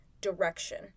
Direction